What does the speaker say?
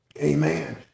Amen